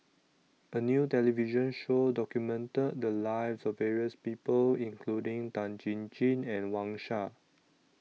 A New television Show documented The Lives of various People including Tan Chin Chin and Wang Sha